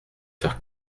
faire